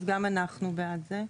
אז גם אנחנו בעד זה.